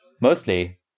Mostly